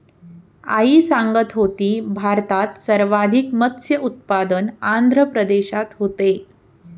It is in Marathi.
आई सांगत होती, भारतात सर्वाधिक मत्स्य उत्पादन आंध्र प्रदेशात होते